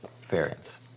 variants